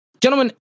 Gentlemen